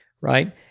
right